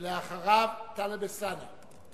ואחריו - טלב אלסאנע.